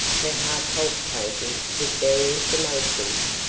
her heart palpitating with various emotions,